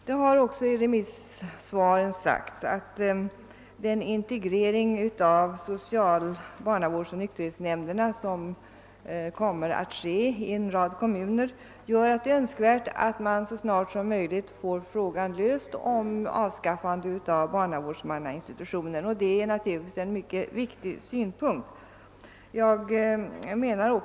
I remissvaren har också sagts att den integrering av social-, barnavårdsoch nykterhetsnämnderna, som kommer att ske i en rad kommuner, gör att det är önskvärt att man så snart som möjligt får frågan om avskaffande av barnavårdsmannaskapsinstitutionen löst. Detta är naturligtvis en mycket viktig synpunkt.